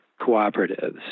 cooperatives